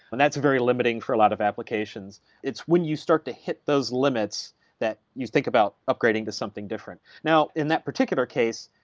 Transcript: and that's very limiting for a lot of applications. it's when you start to hit those limits that you think about upgrading to something different now, in that particular case,